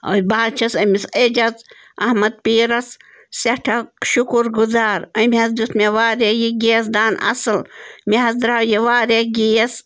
بہٕ حظ چھَس أمِس اعجاز احمد پیٖرَس سٮ۪ٹھاہ شُکُر گُزار أمۍ حظ دیُت مےٚ واریاہ یہِ گیس دان اَصٕل مےٚ حظ درٛاو یہِ واریاہ گیس